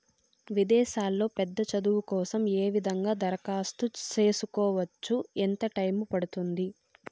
విదేశాల్లో పెద్ద చదువు కోసం ఏ విధంగా దరఖాస్తు సేసుకోవచ్చు? ఎంత టైము పడుతుంది?